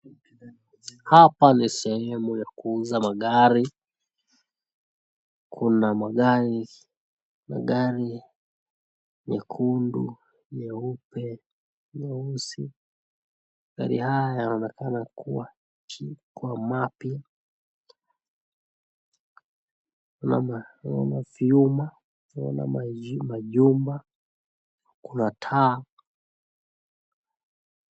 Hapa ni sehemu ya kuuza magari. Kuna magari nyekundu, nyeupe, nyeusi. Magari haya yanaonekana kuwa ni mapya. Kunaona nyuma, tunaona majumba. Kuna paa.